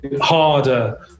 harder